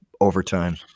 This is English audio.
overtime